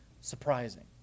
surprising